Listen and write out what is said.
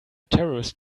terrorist